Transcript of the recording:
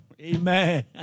Amen